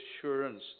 assurance